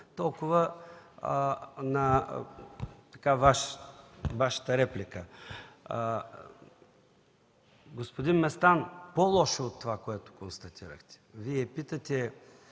Толкова на Вашата реплика. Господин Местан, по-лошо е от това, което констатирахте. Вие питате: